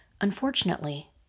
Unfortunately